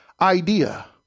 idea